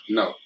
no